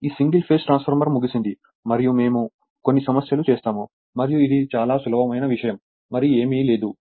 ఈ single phase transformer ముగిసింది మరియు మేము కొన్ని సమస్యలు చేస్తాము మరియు ఇది చాలా సులభమైన విషయం మరియు ఏమీ లేదు